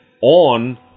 on